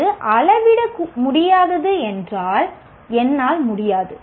அது அளவிட முடியாதது என்றால் என்னால் முடியாது